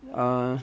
err